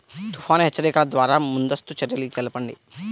తుఫాను హెచ్చరికల ద్వార ముందస్తు చర్యలు తెలపండి?